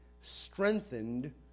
strengthened